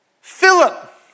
Philip